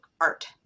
art